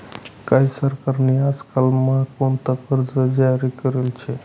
काय सरकार नी आजकाल म्हा कोणता कर्ज जारी करेल शे